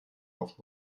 auf